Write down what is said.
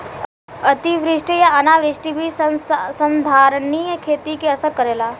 अतिवृष्टि आ अनावृष्टि भी संधारनीय खेती के असर करेला